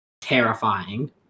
Terrifying